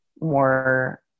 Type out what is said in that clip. more